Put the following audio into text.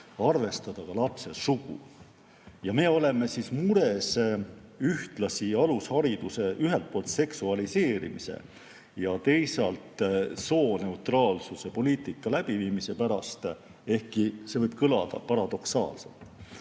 arvestada ka lapse sugu. Me oleme mures ühtlasi alushariduse ühelt poolt seksualiseerimise ja teisalt sooneutraalsuse poliitika läbiviimise pärast, ehkki see võib kõlada paradoksaalselt.